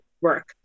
work